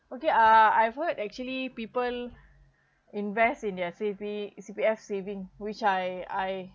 okay uh I've heard actually people invest in their C_P C_P_F saving which I I